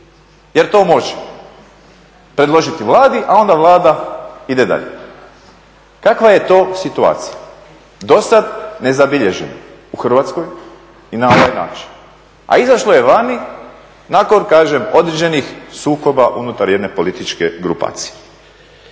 jer to može, predložiti Vladi, a onda Vlada ide dalje. Kakva je to situacija? Dosad nezabilježena u Hrvatskoj i na ovaj način. A izašlo je vani nakon, kažem, određenih sukoba unutar jedne političke grupacije.